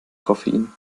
koffein